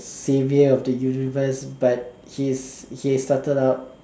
saviour of the universe but he's he started out